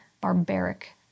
barbaric